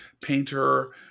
painter